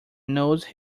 nose